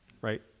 Right